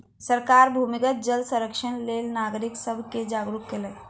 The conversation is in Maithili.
सरकार भूमिगत जल संरक्षणक लेल नागरिक सब के जागरूक केलक